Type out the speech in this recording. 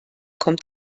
kommt